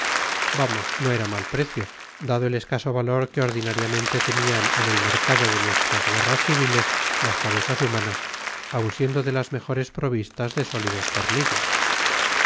vamos no era mal precio dado el escaso valor que ordinariamente tenían en el mercado de nuestras guerras civiles las cabezas humanas aun siendo de las mejor provistas de sólidos tornillos